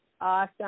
Awesome